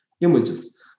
images